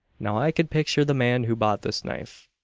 now i can picture the man who bought this knife.